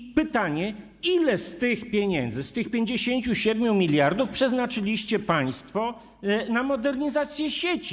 I pytanie: Ile z tych pieniędzy, z tych 57 mld zł, przeznaczyliście państwo na modernizację sieci?